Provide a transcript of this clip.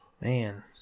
man